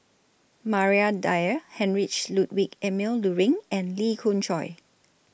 Maria Dyer Heinrich Ludwig Emil Luering and Lee Khoon Choy